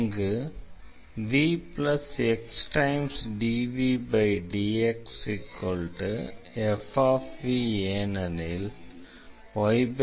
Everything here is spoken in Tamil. இங்கு vxdvdxfv ஏனெனில் yx v